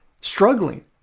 struggling